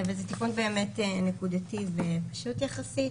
זה תיקון נקודתי ופשוט יחסית,